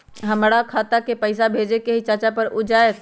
हमरा खाता के पईसा भेजेए के हई चाचा पर ऊ जाएत?